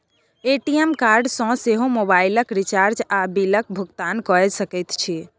ATM card सँ सेहो मोबाइलक रिचार्ज आ बिलक भुगतान कए सकैत छी